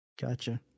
Gotcha